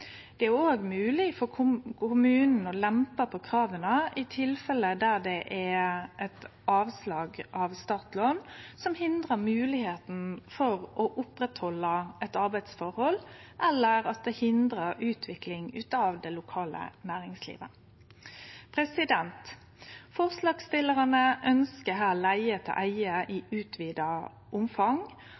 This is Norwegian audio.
Det er òg mogleg for kommunen å lempe på krava i tilfelle der det er eit avslag på startlån som hindrar moglegheita for å oppretthalde eit arbeidsforhold, eller at det hindrar utvikling av det lokale næringslivet. Forslagsstillarane